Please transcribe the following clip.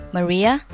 Maria